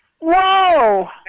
Whoa